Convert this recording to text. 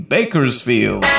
Bakersfield